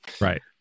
right